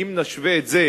ואם נשווה את זה